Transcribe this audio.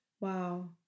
Wow